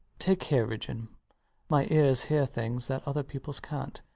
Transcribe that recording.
take care, ridgeon my ears hear things that other people's cant.